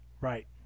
Right